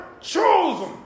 chosen